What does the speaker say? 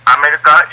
America